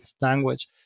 language